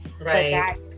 Right